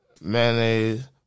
mayonnaise